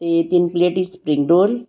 ਅਤੇ ਤਿੰਨ ਪਲੇਟ ਹੀ ਸਪਰਿੰਗ ਰੋਲ